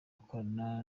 akorana